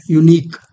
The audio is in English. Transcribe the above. unique